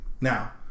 Now